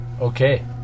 Okay